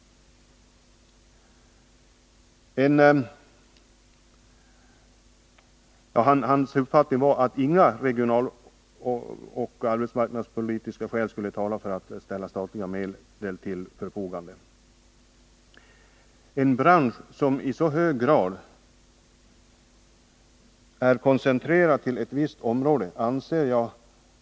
Jag anser det omöjligt att underlåta att ta regionaloch arbetsmarknadspolitiska hänsyn när man skall fatta beslut om statliga stödåtgärder för en bransch som i så hög grad är koncentrerad till ett visst område.